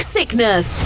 Sickness